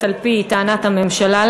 על-פי טענת הממשלה,